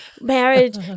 marriage